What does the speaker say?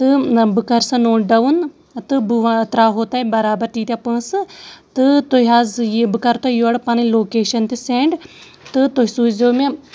تہٕ بہٕ کَرٕ سۄ نوٹ ڈاوُن تہٕ بہٕ وَ ترٛاوہو تۄہہِ بَرابَر تیٖتیٛاہ پونٛسہٕ تہٕ تُہۍ حظ یہِ بہٕ کَرٕ تۄہہِ یورٕ پَنٕںۍ لوکیشَن تہِ سینڈ تہٕ تُہۍ سوٗزیو مےٚ